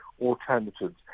alternatives